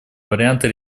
варианты